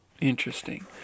Interesting